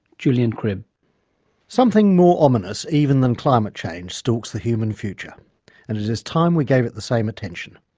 julian cribb something more ominous even than climate change stalks the human future and it is time we gave it the same attention.